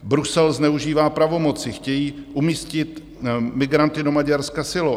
Brusel zneužívá pravomoci, chtějí umístit migranty do Maďarska silou.